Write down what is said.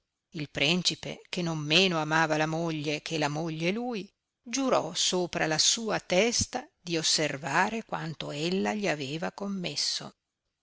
il prencipe che non meno amava la moglie che la moglie lui giurò sopra la sua testa di osservare quanto ella gli aveva commesso